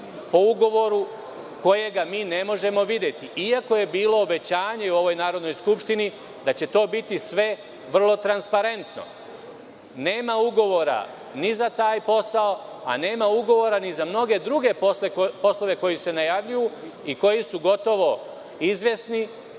po ugovoru koji mi ne možemo videti, iako je bilo obećanje u Narodnoj skupštini da će to biti sve vrlo transparentno. Nema ugovora ni za taj posao, a nema ugovora ni za mnoge druge poslove koji se najavljuju i koji su gotovo izvesni.